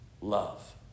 love